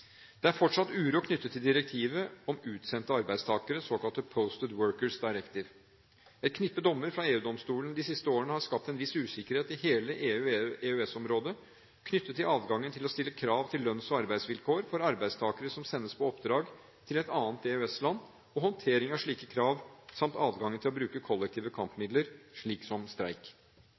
Det er fortsatt uro knyttet til direktivet om utsendte arbeidstakere, det såkalte Posted Workers Directive. Et knippe dommer fra EU-domstolen de siste årene har skapt en viss usikkerhet i hele EU/EØS-området, knyttet til adgangen til å stille krav til lønns- og arbeidsvilkår for arbeidstakere som sendes på oppdrag til et annet EØS-land, og håndtering av slike krav samt adgangen til å bruke kollektive kampmidler, slik som streik.